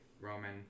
Roman